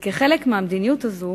כחלק מהמדיניות הזאת